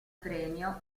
premio